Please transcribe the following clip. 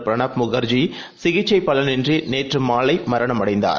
Pranab Mukherjee சிகிச்சைபலனின்றிநேற்றுமாலையில்மரணம்அடைந்தார்